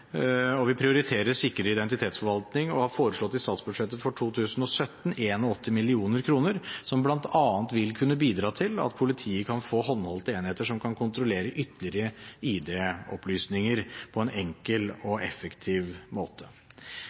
Vi prioriterer sikrere identitetsforvaltning og har i statsbudsjettet for 2017 foreslått 81 mill. kr som bl.a. vil kunne bidra til at politiet kan få håndholdte enheter som kan kontrollere ytterligere ID-opplysninger på en enkel og effektiv måte.